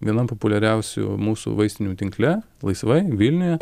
vienam populiariausių mūsų vaistinių tinkle laisvai vilniuje